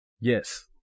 Yes